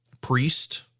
priest